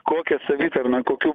kokia savitarna kokių